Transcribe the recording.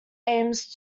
aims